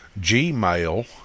gmail